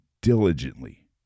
diligently